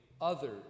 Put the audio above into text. others